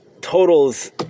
totals